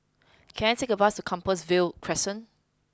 can I take a bus to Compassvale Crescent